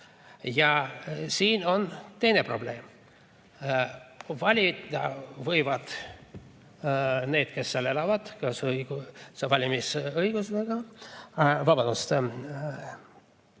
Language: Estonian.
Ja siin on teine probleem. Valida võivad need, kes seal elavad, see valimisõigus on ...